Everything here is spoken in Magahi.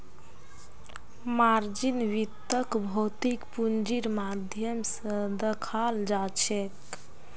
मार्जिन वित्तक भौतिक पूंजीर माध्यम स दखाल जाछेक